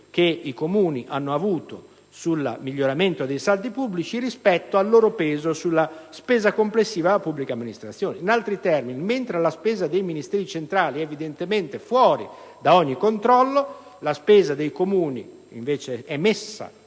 che i Comuni hanno avuto sul miglioramento dei saldi pubblici rispetto al loro peso sulla spesa complessiva della pubblica amministrazione. In altri termini, mentre la spesa dei Ministeri centrali è evidentemente fuori da ogni controllo, la spesa dei Comuni è invece messa